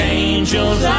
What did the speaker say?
angels